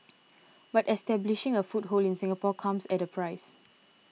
but establishing a foothold in Singapore comes at a price